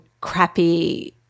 crappy